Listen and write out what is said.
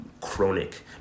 chronic